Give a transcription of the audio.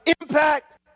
impact